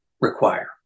require